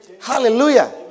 Hallelujah